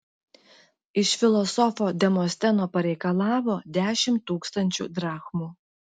iš filosofo demosteno pareikalavo dešimt tūkstančių drachmų